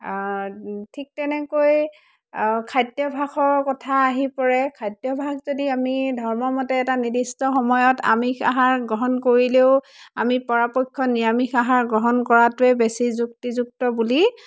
ঠিক তেনেকৈ খাদ্যভাসৰ কথা আহি পৰে খাদ্যভাস যদি আমি ধৰ্মৰ মতে এটা নিৰ্দিষ্ট সময়ত আমিষ আহাৰ গ্ৰহণ কৰিলেও আমি পৰাপক্ষত নিৰামিষ আহাৰ গ্ৰহণ কৰাটোৱে বেছি যুক্তিযুক্ত বুলি